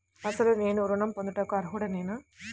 అసలు నేను ఋణం పొందుటకు అర్హుడనేన?